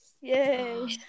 Yay